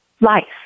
life